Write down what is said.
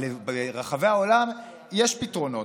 ברחבי העולם יש פתרונות.